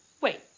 Wait